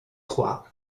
trois